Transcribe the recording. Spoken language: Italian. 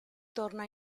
torna